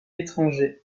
étrangers